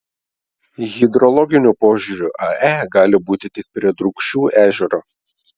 hidrologiniu požiūriu ae gali būti tik prie drūkšių ežero